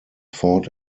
fought